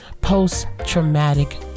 Post-traumatic